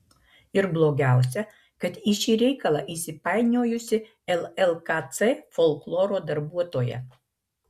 ir blogiausia kad į šį reikalą įsipainiojusi llkc folkloro darbuotoja